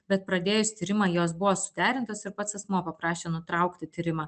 bet pradėjus tyrimą jos buvo suderintos ir pats asmuo paprašė nutraukti tyrimą